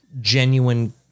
genuine